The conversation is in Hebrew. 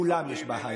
כולם יש בהייטק.